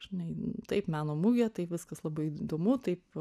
žinai nu taip meno mugė taip viskas labai įdomu taip